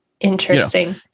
interesting